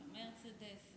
על מרצדס,